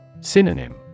Synonym